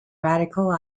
radical